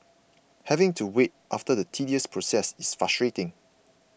having to wait after the tedious process is frustrating